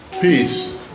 Peace